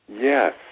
Yes